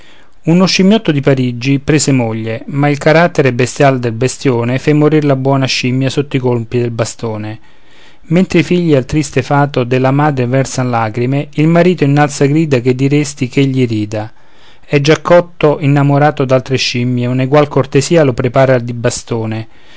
un scimmiotto di parigi prese moglie ma il carattere bestial del bestïone fe morir la buona scimmia sotto i colpi del bastone mentre i figli al triste fato della madre versan lagrime il marito innalza grida che diresti ch'egli rida e già cotto innamorato d'altre scimmie un'eguale cortesia lor prepara di bastone